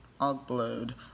upload